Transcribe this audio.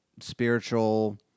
spiritual